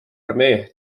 armee